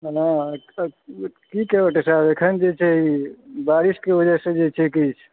हॅं की कही डाक्टर साहेब एखन जे छै बारिशके वजहसे जे छै किछु